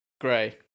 Gray